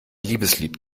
liebeslied